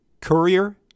Courier